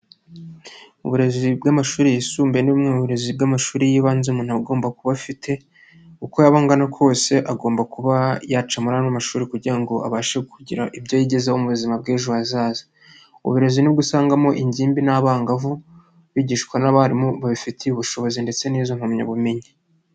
Uburezi bw'amashuri yisumbuye ni bumwe mu burezi bw'amashuri y'ibanze umuntu agomba kuba afite, uko yaba angana kose agomba kuba yaca muri ano mashuri kugira ngo abashe kugira ibyo yigezaho mu buzima bw'ejo hazaza. Uburezi nibwo usangamo ingimbi n'abangavu bigishwa n'abarimu babifitiye ubushobozi ndetse n'izo mpamyabumenyi.